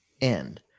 end